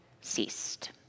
ceased